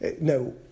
No